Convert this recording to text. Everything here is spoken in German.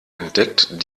entdeckt